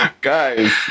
guys